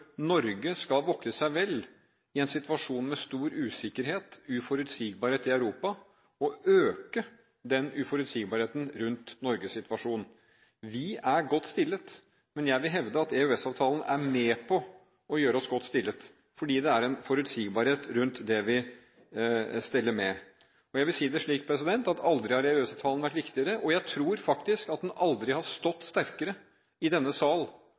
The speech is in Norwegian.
Norge skal vokte seg vel for, i en situasjon med stor usikkerhet og uforutsigbarhet i Europa, å øke uforutsigbarheten rundt Norges situasjon. Vi er godt stilt, men jeg vil hevde at EØS-avtalen er med på å gjøre oss godt stilt fordi det er en forutsigbarhet rundt det vi steller med. Jeg vil si det slik at aldri har EØS-avtalen vært viktigere. Jeg tror faktisk at den aldri har stått sterkere i denne sal